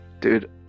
Dude